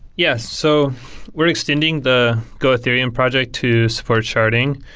yes. so we're extending the go ethereum project to support sharding.